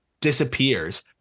disappears